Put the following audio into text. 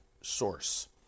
source